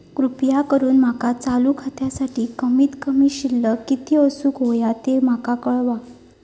कृपा करून माका चालू खात्यासाठी कमित कमी शिल्लक किती असूक होया ते माका कळवा